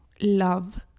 love